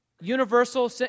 Universal